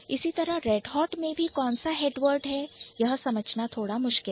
इसी तरहRedhot red hot में भी कौन सा head word है यह समझना थोड़ा मुश्किल है